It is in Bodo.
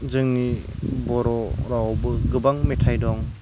जोंनि बर' रावावबो गोबां मेथाइ दं